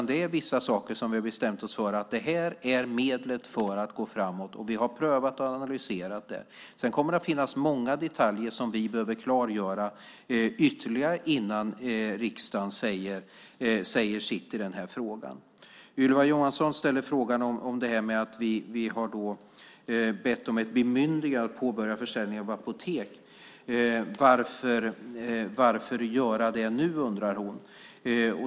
Det är vissa saker som vi har bestämt oss för är medlet för att gå framåt, och vi har prövat och analyserat dem. Sedan kommer det att finnas många detaljer som vi behöver klargöra ytterligare innan riksdagen säger sitt i den här frågan. Ylva Johansson ställer en fråga om att vi har bett om ett bemyndigande för att påbörja försäljningen av apotek. Varför göra det nu? undrar hon.